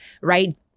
right